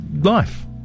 life